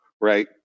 right